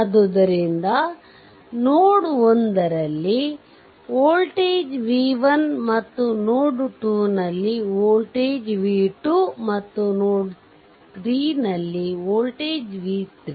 ಆದ್ದರಿಂದ ನೋಡ್ 1 ರಲ್ಲಿ voltage v1 ಮತ್ತು ನೋಡ್ 2 ನಲ್ಲಿ ವೋಲ್ಟೇಜ್v2 ಮತ್ತು ನೋಡ್ 3 ನಲ್ಲಿ ವೋಲ್ಟೇಜ್ v3